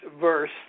verse